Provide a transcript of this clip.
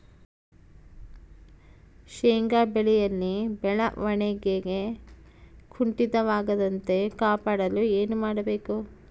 ಶೇಂಗಾ ಬೆಳೆಯಲ್ಲಿ ಬೆಳವಣಿಗೆ ಕುಂಠಿತವಾಗದಂತೆ ಕಾಪಾಡಲು ಏನು ಮಾಡಬೇಕು?